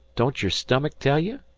don't your stummick tell you?